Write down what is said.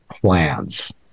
plans